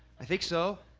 i think so,